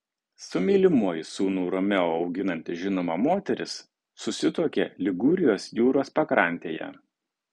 su mylimuoju sūnų romeo auginanti žinoma moteris susituokė ligūrijos jūros pakrantėje